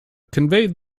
conveyed